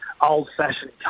old-fashioned